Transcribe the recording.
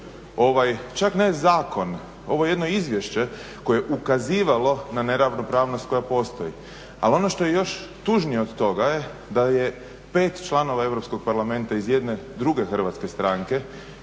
ovaj, čak ne zakon, ovo jedno izvješće koje je ukazivalo na neravnopravnost koja postoji. Ali ono što je još tužnije od toga da je 5 članova Europskog parlamenta iz jedne druge hrvatske stranke